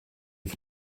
für